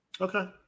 Okay